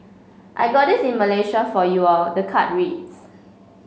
I got this in Malaysia for you all the card reads